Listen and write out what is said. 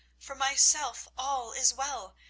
for myself, all is well.